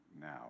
now